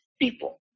people